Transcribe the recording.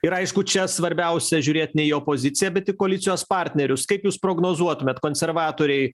ir aišku čia svarbiausia žiūrėt ne į o poziciją bet į koalicijos partnerius kaip jūs prognozuotumėt konservatoriai